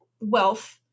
wealth